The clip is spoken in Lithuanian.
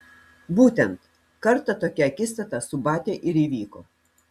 būtent kartą tokia akistata su batia ir įvyko